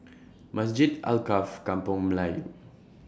Masjid Alkaff Kampung Melayu